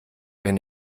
wenn